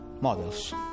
models